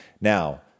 Now